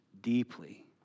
deeply